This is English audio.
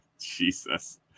jesus